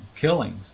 killings